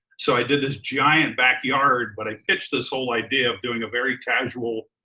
so i did this giant backyard, but i pitched this whole idea of doing a very casual,